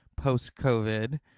post-COVID